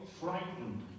frightened